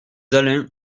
alains